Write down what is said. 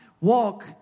Walk